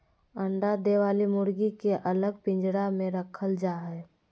अंडा दे वली मुर्गी के अलग पिंजरा में रखल जा हई